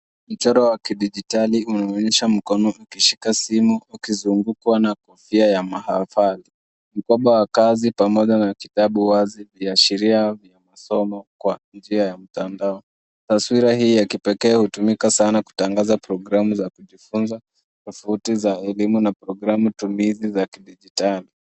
Mchoro wa kidijitali unaonyesha mkono ukishika simu ukizungukwa na kofia ya mahafali, mkoba wa kazi pamoja na kitabu wazi kuashiria masomo kwa njia ta mtandao. Taswira hii ya kipekee hutumika sana kutangaza programu za kujifunza, tofauti za elimu na programu tumizi za kidijitali.